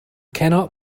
cannot